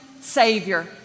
Savior